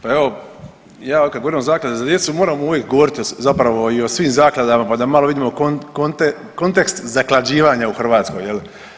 Pa evo ja otkad govorim o zakladi za djecu moramo uvijek govoriti zapravo i o svim zakladama pa da malo vidimo kontekst zaklađivanja u Hrvatskoj jel.